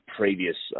previous